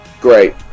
Great